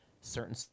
certain